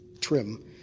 trim